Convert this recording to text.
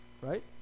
right